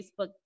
Facebook